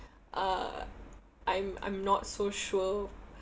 uh I'm I'm not so sure